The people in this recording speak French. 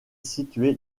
situé